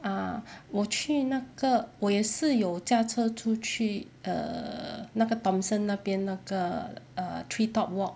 ah 我去那个我也是有驾车出去 err 那个 thomson 那边那个 err treetop walk